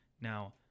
now